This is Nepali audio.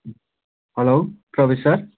hello Pravesh sir